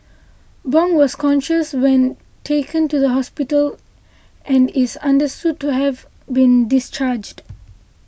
bong was conscious when taken to hospital and is understood to have been discharged